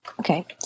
Okay